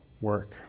work